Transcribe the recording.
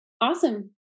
awesome